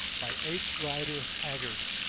by h. rider haggard